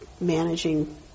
managing